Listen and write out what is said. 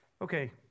Okay